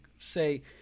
say